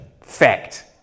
Fact